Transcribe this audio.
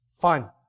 Fine